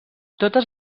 totes